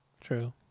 True